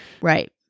Right